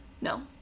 No